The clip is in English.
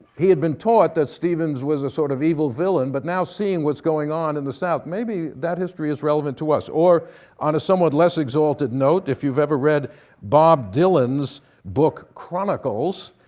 he had been taught that stevens was a sort of evil villain, but now seeing what's going on in the south, maybe that history is relevant to us. or on a somewhat lest exalted note, if you've ever read bob dylan's book chronicles,